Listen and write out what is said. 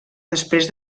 després